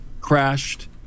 crashed